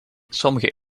sommige